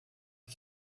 you